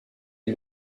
est